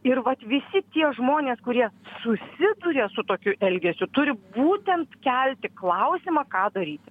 ir vat visi tie žmonės kurie susiduria su tokiu elgesiu turi būtent kelti klausimą ką daryti